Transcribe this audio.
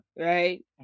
right